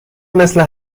مثل